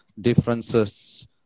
differences